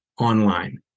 online